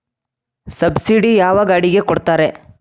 Subsidy ಯಾವ ಗಾಡಿಗೆ ಕೊಡ್ತಾರ?